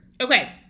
Okay